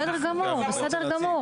בסדר גמור.